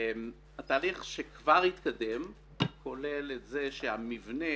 התהליך שכבר התקדם כולל את זה שהמבנה